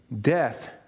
death